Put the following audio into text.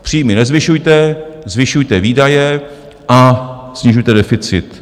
Příjmy nezvyšujte, zvyšujte výdaje a snižujte deficit.